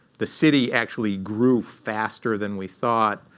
the city actually grew faster than we thought.